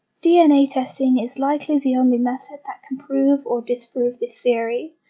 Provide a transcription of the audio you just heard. dna testing is likely the only method that can prove or disprove this theory,